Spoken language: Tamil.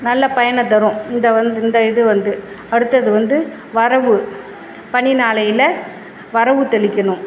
நல்ல பயனை தரும் இந்த வந்து இந்த இது வந்து அடுத்தது வந்து வரகு பனி நாளையில் வரகு தெளிக்கணும்